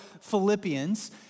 Philippians